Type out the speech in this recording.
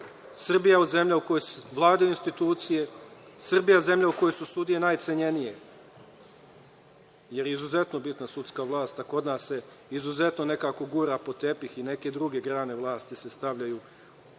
Srbija zemlja u kojoj vladaju institucije, da je Srbija zemlja u kojoj su sudije najcenjenije, jer je izuzetno bitna sudska vlast, a kod nas se izuzetno nekako gura pod tepih i neke druge grane vlasti se stavljaju,